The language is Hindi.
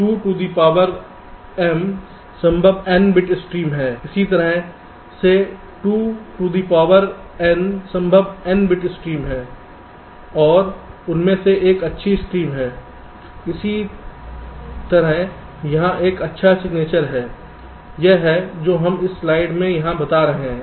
2 टू दी पावर m संभव m बिट स्ट्रीम हैं इसी तरह से 2 टू दी पावर n संभव n बिट स्ट्रीम हैं और उनमें से एक अच्छी स्ट्रीम है इसी तरह यहां एक अच्छा सिग्नेचर है यह है जो हम इस स्लाइड में यहां बता रहे हैं